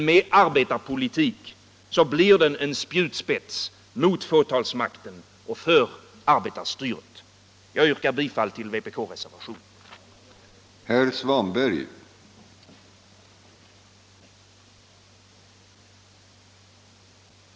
Med arbetarpolitik blir den en spjutspets mot fåtalsmakten och för arbetarstyret. Jag yrkar bifall till vpk-reservationen, dvs. reservationen 3.